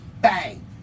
Bang